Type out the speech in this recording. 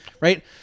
right